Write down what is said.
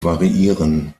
variieren